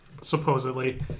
supposedly